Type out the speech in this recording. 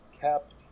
kept